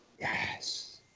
Yes